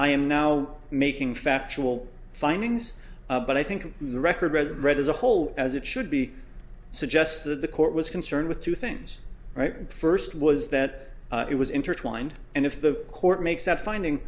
i am now making factual findings but i think the record read as a whole as it should be suggests that the court was concerned with two things right the first was that it was intertwined and if the court makes that finding